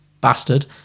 bastard